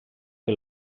que